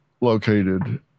located